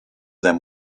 them